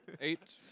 Eight